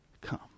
Come